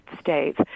states